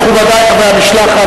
מכובדי חברי המשלחת,